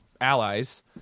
allies